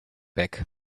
back